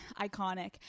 iconic